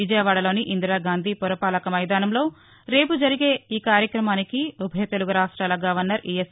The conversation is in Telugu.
విజయవాడలోని ఇందిరాగాంధీ పురపాలక మైదానంలో రేపు జరిగే ఈకార్యక్రమానికి ఉభయ తెలుగురాష్ట్రాల గవర్నర్ ఈఎస్